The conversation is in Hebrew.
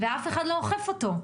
ואף אחד לא אוכף אותו.